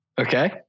okay